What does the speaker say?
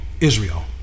Israel